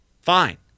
Fine